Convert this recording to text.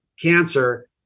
Cancer